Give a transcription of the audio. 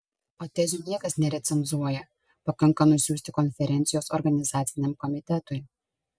o tezių niekas nerecenzuoja pakanka nusiųsti konferencijos organizaciniam komitetui